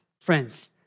Friends